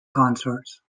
consorts